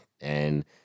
And-